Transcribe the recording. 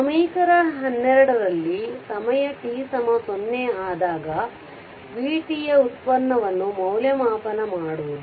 ಸಮೀಕರಣ 12 ರಲ್ಲಿ ಸಮಯ t 0 ಆದಾಗ vt ಯ ವ್ಯುತ್ಪನ್ನವನ್ನು ಮೌಲ್ಯಮಾಪನ ಮಾಡುವುದು